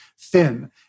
thin